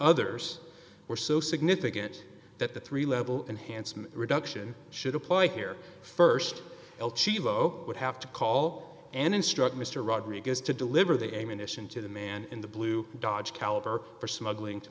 others were so significant that the three level enhanced reduction should apply here st el cheapo would have to call and instruct mr rodriguez to deliver the ammunition to the man in the blue dodge caliber for smuggling to